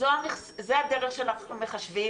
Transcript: זו הדרך שאנחנו מחשבים.